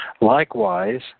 Likewise